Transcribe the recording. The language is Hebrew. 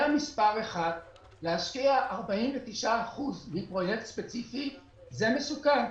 להשקיע 49% בפרויקט ספציפי זה מסוכן.